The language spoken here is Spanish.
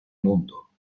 mundo